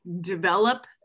develop